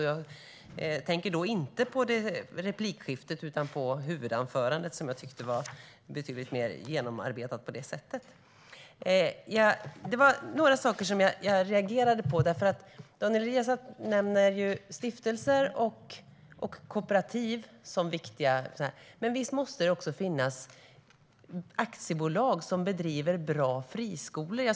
Jag tänker inte på replikskiftet utan på huvudanförandet, som jag tyckte var betydligt mer genomarbetat. Jag reagerade på några saker. Daniel Riazat nämner stiftelser och kooperativ som viktiga aktörer. Finns det inga aktiebolag som bedriver bra friskolor?